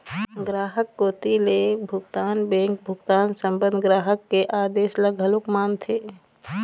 गराहक कोती ले भुगतान बेंक भुगतान संबंध ग्राहक के आदेस ल घलोक मानथे